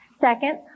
Second